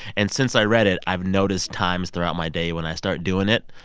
and since i read it, i've noticed times throughout my day when i start doing it.